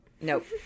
nope